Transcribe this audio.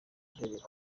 uhereye